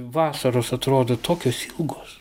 vasaros atrodo tokios ilgos